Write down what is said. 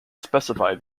specify